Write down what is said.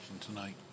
tonight